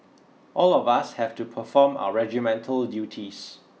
all of us have to perform our regimental duties